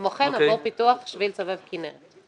כמו כן, עבור פיתוח שביל סובב כנרת.